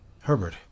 herbert